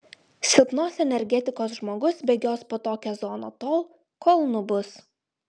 silpnos energetikos žmogus bėgios po tokią zoną tol kol nubus